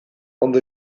ondo